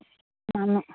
মানুহ